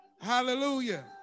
Hallelujah